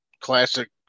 classic